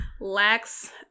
lacks